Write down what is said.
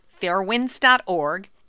fairwinds.org